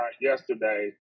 yesterday